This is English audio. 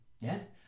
Yes